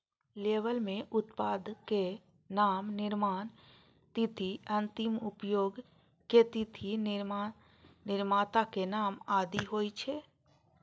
label मे उत्पादक नाम, निर्माण तिथि, अंतिम उपयोगक तिथि, निर्माताक नाम आदि होइ छै